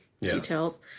details